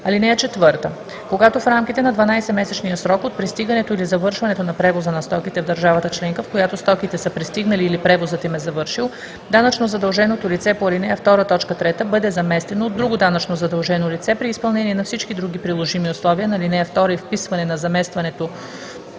им завършва. (4) Когато в рамките на 12-месечния срок от пристигането или завършването на превоза на стоките в държавата членка, в която стоките са пристигнали или превозът им е завършил, данъчно задълженото лице по ал. 2, т. 3 бъде заместено от друго данъчно задължено лице, при изпълнение на всички други приложими условия на ал. 2 и вписване на заместването